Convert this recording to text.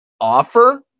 offer